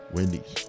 Wendy's